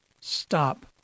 stop